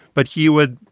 but he would,